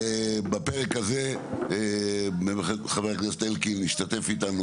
שבפרק הזה חבר הכנסת אלקין השתתף איתנו